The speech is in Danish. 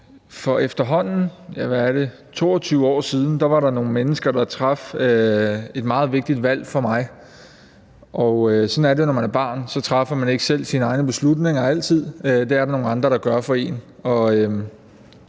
For efterhånden 22 år siden var der nogle mennesker, der traf et meget vigtigt valg for mig. Når man er barn, træffer man ikke altid selv sine egne beslutninger; det er der nogle andre der gør for en.